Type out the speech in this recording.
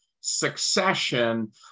succession